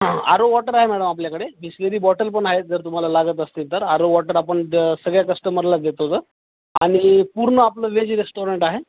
हा RO water आहे madam आपल्याकडे बिसलेरी बॉटल पण आहेत जर तुम्हाला लागत असतील तर आरो वॉटर आपण द सगळ्या कस्टमरला देतो जर आणि पूर्ण आपलं वेज रेस्टॉरंट आहे